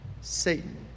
Satan